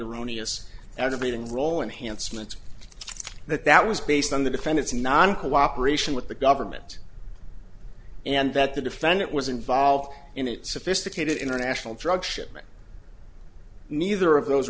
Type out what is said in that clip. erroneous aggravating roll enhanced meant that that was based on the defendant's non cooperation with the government and that the defendant was involved in a sophisticated international drug shipment neither of those